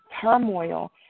turmoil